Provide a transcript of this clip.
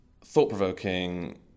thought-provoking